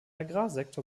agrarsektor